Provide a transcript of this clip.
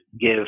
give